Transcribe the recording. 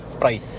price